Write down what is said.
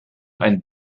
ein